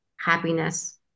happiness